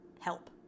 help